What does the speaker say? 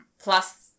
plus